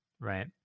right